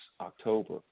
October